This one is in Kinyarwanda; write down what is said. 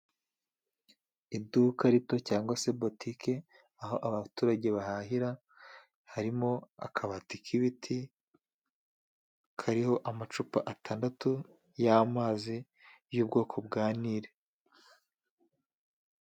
Iduka rito cyangwa se botike aho abaturage bahahira karimo akabati k'ibiti kariho amacupa atandatu yamazi y'bwoko bwa Nili.